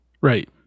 Right